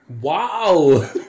Wow